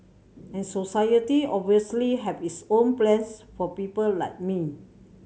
and society obviously have its own plans for people like me